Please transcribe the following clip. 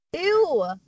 Ew